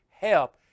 help